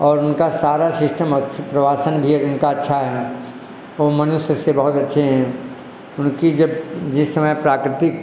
और उनका सारा सिस्टम अच्छी प्रवासन भी उनका अच्छा है वह मनुष्य से बहुत अच्छे हैं उनकी जब जिस समय प्राकृतिक